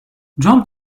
drop